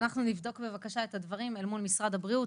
אנחנו נבדוק בבקשה את הדברים אל מול משרד הבריאות,